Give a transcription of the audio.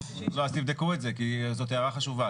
לא, אז תבדקו את זה, כי זאת הערה חשובה.